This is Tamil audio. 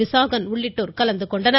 விசாகன் உள்ளிட்டோர் கலந்து கொண்டனர்